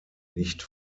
nicht